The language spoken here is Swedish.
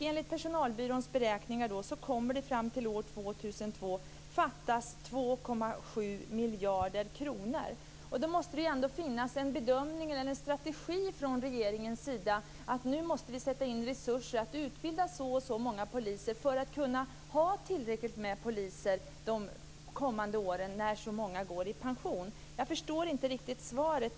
Enligt personalbyråns beräkningar kommer det fram till 2002 att fattas 2,7 Det måste ändå finnas en strategi hos regeringen för att sätta in resurser och utbilda så och så många poliser för att kunna ersätta alla de poliser som går i pension under de kommande åren. Jag förstår inte riktigt svaret.